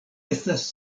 estas